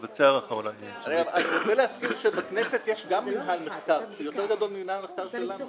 אני רוצה להזכיר שגם לכנסת יש מינהל מחקר יותר גדול ממינהל המחקר שלנו.